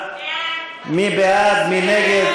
יעקב פרי,